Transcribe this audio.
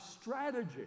strategy